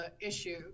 issue